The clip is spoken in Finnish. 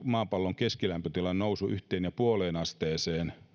maapallon keskilämpötilan nousu ei jäisikään yhteen pilkku viiteen asteeseen